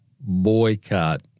boycott